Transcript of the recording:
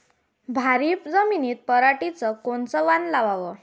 भारी जमिनीत पराटीचं कोनचं वान लावाव?